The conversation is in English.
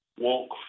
walk